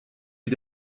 wie